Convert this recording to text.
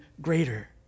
greater